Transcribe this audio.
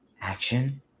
action